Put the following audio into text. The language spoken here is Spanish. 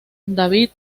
david